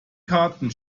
karten